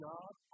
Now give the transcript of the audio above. God